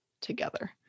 together